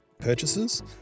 purchases